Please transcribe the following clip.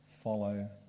Follow